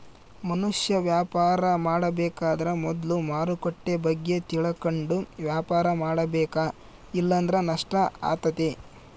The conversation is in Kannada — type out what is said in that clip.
ಮನುಷ್ಯ ವ್ಯಾಪಾರ ಮಾಡಬೇಕಾದ್ರ ಮೊದ್ಲು ಮಾರುಕಟ್ಟೆ ಬಗ್ಗೆ ತಿಳಕಂಡು ವ್ಯಾಪಾರ ಮಾಡಬೇಕ ಇಲ್ಲಂದ್ರ ನಷ್ಟ ಆತತೆ